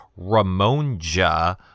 Ramonja